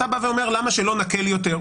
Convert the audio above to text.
אתה בא ואומר, למה שלא נקל יותר?